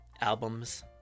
Albums